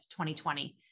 2020